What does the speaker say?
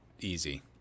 easy